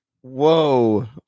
whoa